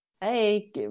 hey